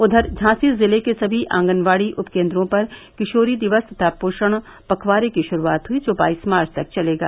उधर झांसी जिले के सभी आंगनबाड़ी उप केंद्रों पर किशोरी दिवस तथा पोषण पखवाड़े की शुरुआत हुई जो बाईस मार्च तक चलेगा